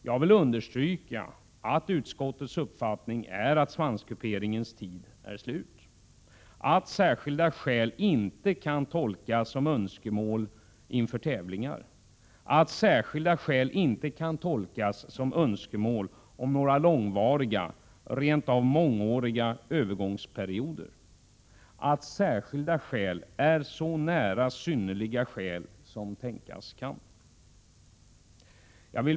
Jag vill understryka att utskottets uppfattning är att svanskuperingens tid är slut och att särskilda skäl inte kan tolkas som önskemål inför tävlingar eller önskemål om några långvariga, rent av mångåriga övergångsperioder. Särskilda skäl är så nära synnerliga skäl som tänkas kan.